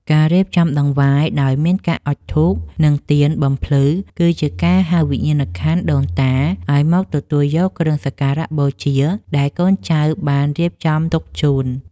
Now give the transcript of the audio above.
ការរៀបចំដង្វាយដោយមានការអុជធូបនិងទៀនបំភ្លឺគឺជាការហៅវិញ្ញាណក្ខន្ធដូនតាឱ្យមកទទួលយកគ្រឿងសក្ការៈបូជាដែលកូនចៅបានរៀបចំទុកជូន។